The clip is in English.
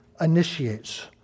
initiates